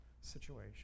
situation